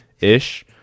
ish